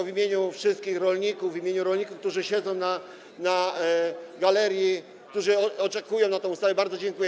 W imieniu wszystkich rolników, w imieniu rolników, którzy siedzą na galerii i którzy oczekują na tę ustawę, bardzo dziękuję.